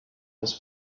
was